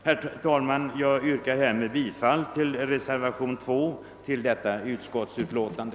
Med det anförda yrkar jag bifall till reservationen 2 vid detta utskottsutlåtande.